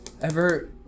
ever-